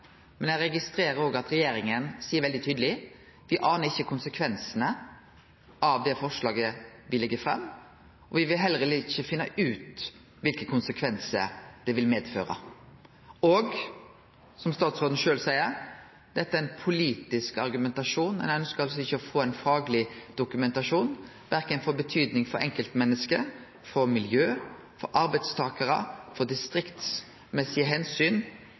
men eg registrerer òg at regjeringa seier veldig tydeleg at dei ikkje anar konsekvensane av det forslaget dei legg fram. Dei vil heller ikkje finne ut kva konsekvensar det vil ha. Som statsråden sjølv seier – dette er ein politisk argumentasjon, ein ønskjer ikkje å få ein fagleg dokumentasjon, verken for betydninga for enkeltmenneske, for miljø, for arbeidstakarar